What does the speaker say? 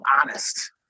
honest